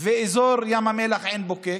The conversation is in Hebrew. ואזור ים המלח, עין בוקק.